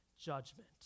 judgment